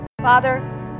Father